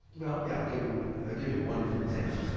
well, yeah, i'll give you ah give you a wonderful example.